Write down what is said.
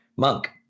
Monk